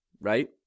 Right